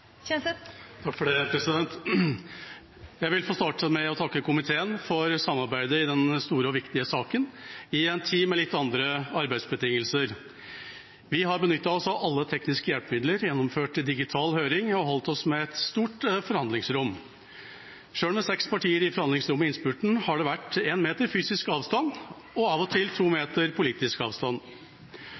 på inntil 3 minutter. Jeg vil starte med å takke komiteen for samarbeidet i denne store og viktige saken, i en tid med litt andre arbeidsbetingelser. Vi har benyttet oss av alle tekniske hjelpemidler, gjennomført digital høring og holdt oss med et stort forhandlingsrom. Selv med seks partier i forhandlingsrommet i innspurten, har det vært én meter fysisk avstand og av og til to meter politisk avstand.